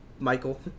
Michael